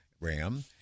Ram